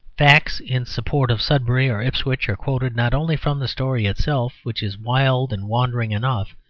facts in support of sudbury or ipswich are quoted not only from the story itself, which is wild and wandering enough,